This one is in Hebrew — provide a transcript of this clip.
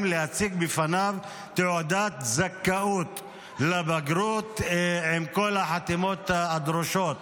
להציג בפניו תעודת זכאות לבגרות עם כל החתימות הדרושות